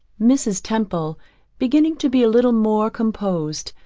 mrs. temple beginning to be a little more composed,